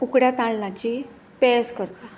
उकड्या तांदळाची पेज करता